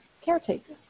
caretaker